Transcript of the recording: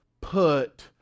put